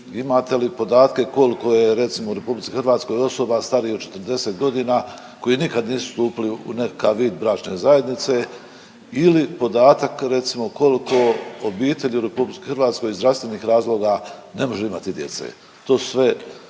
Imate li podatke koliko je recimo u RH osoba starijih od 40.g. koji nikad nisu stupili u nekakav vid bračne zajednice ili podatak recimo koliko obitelji u RH iz zdravstvenih razloga ne može imati djece? To su